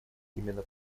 именно